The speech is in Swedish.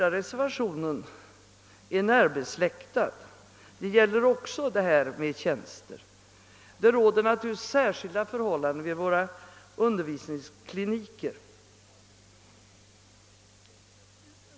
Reservationen 1 är närbesläktad med reservationen 2 — det gäller i båda fallen tjänster. Särskilda förhållanden råder naturligtvis vid undervisningsklinikerna.